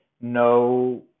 No